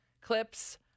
clips